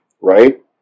Right